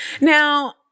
Now